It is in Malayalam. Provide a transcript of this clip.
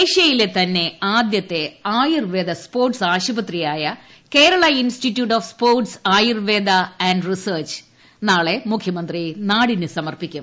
ഏഷ്യയിലെ തന്നെ ആദ്യത്തിപ ്ആയുർവേദ സ്പോർട്സ് ആശുപത്രിയായ Kerala institute of sports Ayurveda and research ഇന്ന് മൂഖ്യമന്ത്രി പിണറായി വിജയൻ നാടിന് സമർപ്പിക്കും